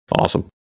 awesome